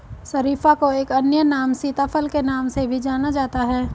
शरीफा को एक अन्य नाम सीताफल के नाम से भी जाना जाता है